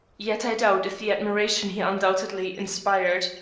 yet i doubt if the admiration he undoubtedly inspired,